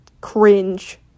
Cringe